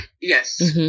yes